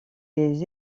les